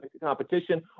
competition